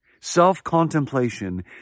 self-contemplation